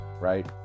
Right